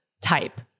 type